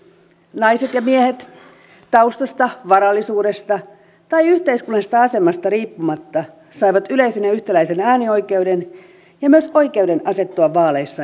naiset ja miehet taustasta varallisuudesta tai yhteiskunnallisesta asemasta riippumatta saivat yleisen ja yhtäläisen äänioikeuden ja myös oikeuden asettua vaaleissa ehdolle